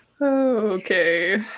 Okay